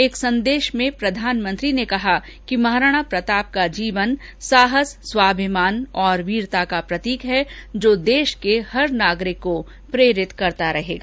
एक संदेश में प्रधानमंत्री ने कहा कि महाराणा प्रताप का जीवन साहस स्वाभिमान और वीरता का प्रतीक है जो देश के हर नागरिक को प्रेरित करता रहेगा